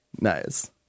nice